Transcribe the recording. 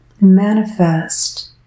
manifest